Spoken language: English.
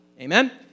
Amen